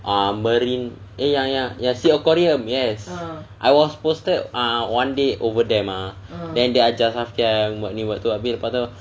ah marine eh ya ya ya sea aquarium yes I was posted ah one day over there mah then ajar safian buat ni buat tu